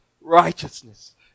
righteousness